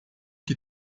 que